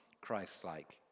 Christ-like